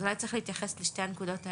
אז אולי צריך להתייחס לשתי הנקודות האלה.